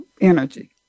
energy